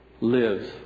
lives